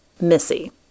Missy